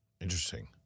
Interesting